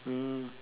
mm